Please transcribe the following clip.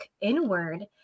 inward